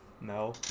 No